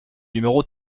numéro